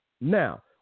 Now